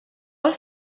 was